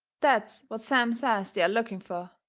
that's what sam says they are looking fur,